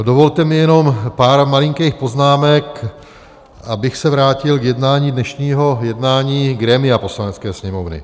Dovolte mi jenom pár malinkých poznámek, abych se vrátil k jednání dnešního jednání grémia Poslanecké sněmovny.